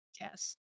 Yes